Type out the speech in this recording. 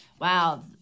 Wow